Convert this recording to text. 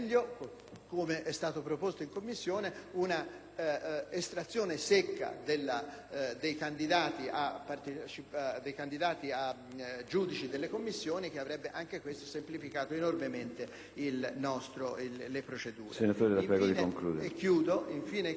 come è stato proposto in Commissione - un'estrazione secca dei candidati giudici delle commissioni. Anche questo avrebbe semplificato enormemente le procedure.